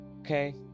okay